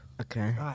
Okay